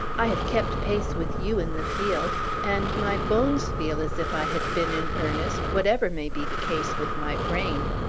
i have kept pace with you in the field and my bones feel as if i had been in earnest, whatever may be the case with my brain!